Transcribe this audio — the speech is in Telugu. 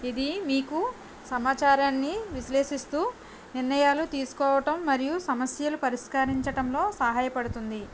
ఇది మీకు సమాచారాన్ని విశ్లేషిస్తు నిర్ణయాలు తీసుకోవటం మరియు సమస్యలు పరిష్కరించటంలో సహాయ పడుతుంది